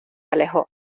alejó